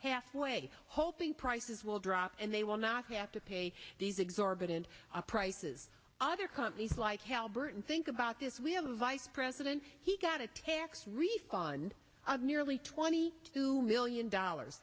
half way hoping prices will drop and they will not have to pay these exorbitant prices other companies like halliburton think about this we have a vice president he got a tax refund of nearly twenty two million dollars